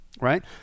right